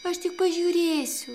aš tik pažiūrėsiu